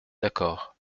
d’accord